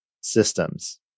systems